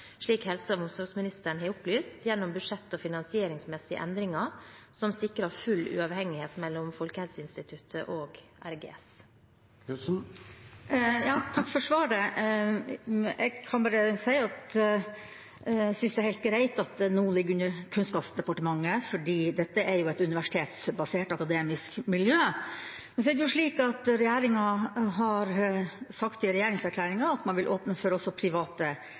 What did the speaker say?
slik helse- og omsorgsministeren har opplyst, gjennom budsjettet og finansieringsmessige endringer som sikrer full uavhengighet mellom Folkehelseinstituttet og RGS. Takk for svaret. Jeg kan bare si at jeg syns det er helt greit at det nå ligger inn under Kunnskapsdepartementet, fordi det er et universitetsbasert akademisk miljø. Regjeringa har sagt i regjeringserklæringa at man vil åpne for private